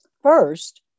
First